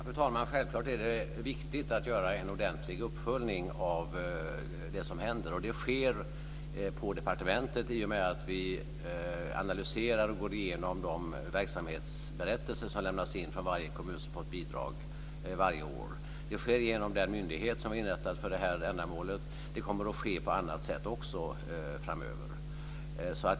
Fru talman! Självklart är det viktigt att göra en ordentlig uppföljning av det som händer, och det görs på departementet i och med att vi analyserar och går igenom de verksamhetsberättelser som varje år lämnas in från varje kommun som har fått bidrag. Det sker genom den myndighet som är inrättad för detta ändamål, och det kommer också att ske på annat sätt framöver.